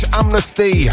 amnesty